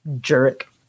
jerk